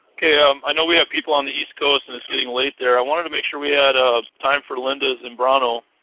um i know we have people on the east coast and it's getting late there. i wanted to make sure we had time for lynda zymbrano.